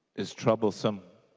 is troublesome